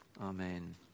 Amen